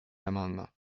l’amendement